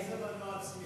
איזה מנוע צמיחה, ?